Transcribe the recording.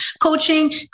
Coaching